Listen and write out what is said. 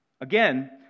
Again